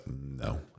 no